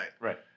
Right